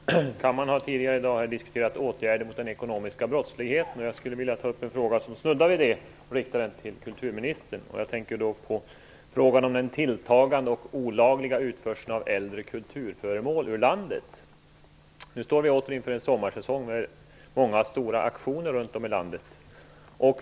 Fru talman! Kammaren har tidigare i dag diskuterat åtgärder mot den ekonomiska brottsligheten, och jag skulle vilja ta upp en fråga som snuddar vid detta ämne och rikta den till kulturministern. Frågan gäller den tilltagande olagliga utförseln av äldre kulturföremål ut landet. Vi står nu åter inför en sommarsäsong med många stora auktioner runt om i landet.